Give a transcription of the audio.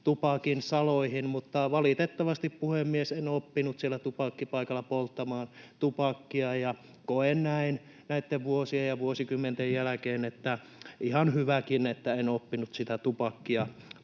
tupakin saloihin. Mutta valitettavasti, puhemies, en oppinut siellä tupakkipaikalla polttamaan tupakkia. Ja koen näin näitten vuosien ja vuosikymmenten jälkeen, että ihan hyväkin, että en oppinut sitä tupakkia